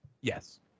Yes